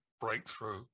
breakthrough